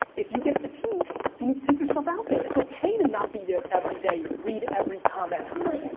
if you get fatigued you need to take yourself out there. it's okay to not be there every day, read every comment.